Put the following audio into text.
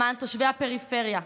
למען תושבי הפריפריה,